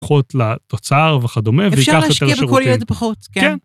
לפחות לתוצר וכדומה, ולהילקח יותר לשירותים. אפשר להשקיע בכל יד פחות, כן.